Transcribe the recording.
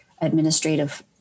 administrative